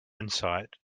insight